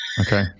Okay